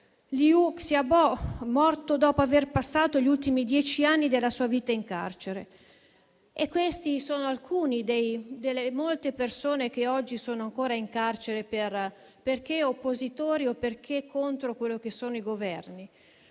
Liu Xiaobo, morto dopo aver passato gli ultimi dieci anni della sua vita in carcere. Queste sono alcune delle molte persone che oggi sono ancora in carcere perché oppositori o perché contro i Governi.